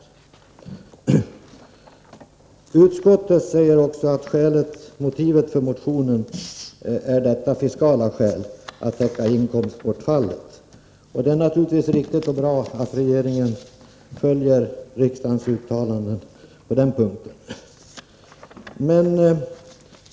Nu anförs att motivet för propositionen är det fiskala skälet — inkomstbortfallet. Och det är naturligtvis riktigt och bra att regeringen följer riksdagens uttalanden på den punkten.